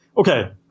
Okay